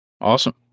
Awesome